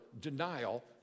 denial